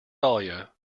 dahlia